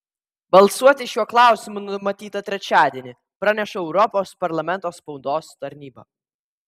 balsuoti šiuo klausimu numatyta trečiadienį praneša europos parlamento spaudos tarnyba